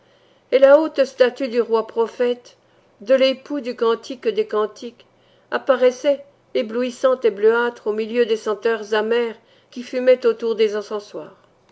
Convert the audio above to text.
et la haute statue du roi prophète de l'époux du cantique des cantiques apparaissait éblouissante et bleuâtre au milieu des senteurs amères qui fumaient autour des